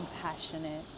compassionate